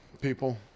people